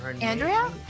andrea